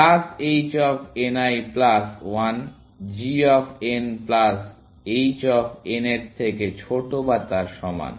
plus h of n l plus 1 g of n plus h of n এর থেকে ছোট বা তার সমান